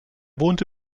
wohnte